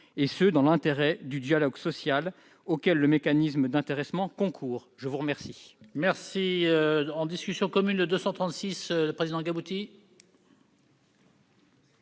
dans l'intérêt du dialogue social auquel le mécanisme d'intéressement concourt. L'amendement